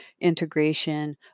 integration